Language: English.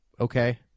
okay